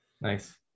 nice